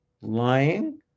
lying